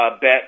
Bet